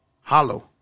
Hollow